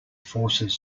forces